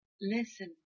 listen